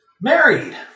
married